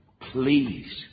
please